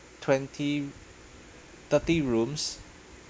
twenty thirty rooms